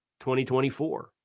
2024